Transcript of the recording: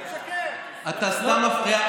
אתה סתם מפריע.